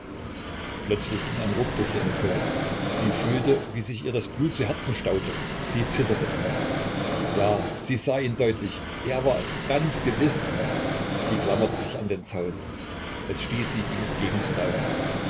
plötzlich ging ein ruck durch ihren körper sie fühlte wie sich ihr das blut zu herzen staute sie zitterte ja sie sah ihn deutlich er war es ganz gewiß sie klammerte sich an den zaun es stieß sie ihm